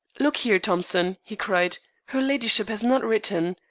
look here, thompson, he cried, her ladyship has not written.